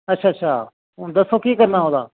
अच्छा अच्छा दस्सो केह् करना ओह्दा